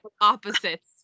opposites